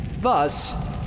thus